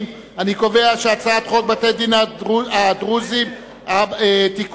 את הצעת חוק בתי-הדין הדתיים הדרוזיים (תיקון,